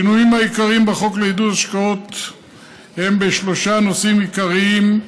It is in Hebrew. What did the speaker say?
השינויים העיקריים בחוק לעידוד השקעות הם בשלושה נושאים עיקריים: